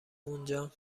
اونجا